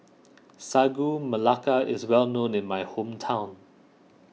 Sagu Melaka is well known in my hometown